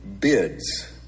bids